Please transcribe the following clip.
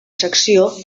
secció